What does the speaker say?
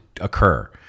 occur